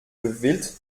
gewillt